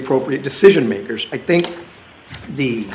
appropriate decision makers i think the